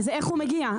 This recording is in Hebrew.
אז איך הוא מגיע?